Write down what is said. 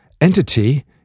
entity